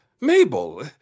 Mabel